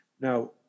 now